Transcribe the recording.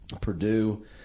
Purdue